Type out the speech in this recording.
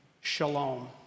shalom